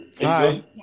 hi